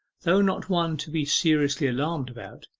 though not one to be seriously alarmed about,